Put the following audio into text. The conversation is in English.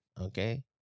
Okay